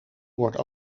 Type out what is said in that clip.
wordt